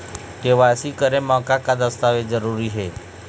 KYC करे म का का दस्तावेज जरूरी हे?